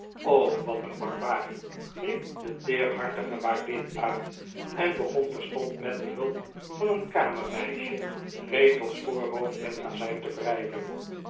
wat een barbaar riep de teerhartig e waardin uit en begort terstond met behulp van een kamermeisje rachel's voorhoofd met azijn te wrijven